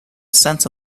sense